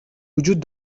وجود